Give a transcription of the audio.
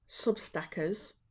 Substackers